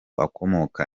akomoka